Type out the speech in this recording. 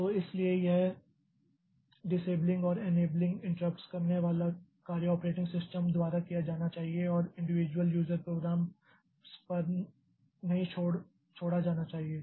तो इसीलिए यह डिसेबलिंग और एनेबलिंग इंटराप्ट्स करने वाला कार्य ऑपरेटिंग सिस्टम द्वारा किया जाना चाहिए और इंडिविजुयल यूज़र प्रोग्रॅम्स पर नहीं छोड़ा जाना चाहिए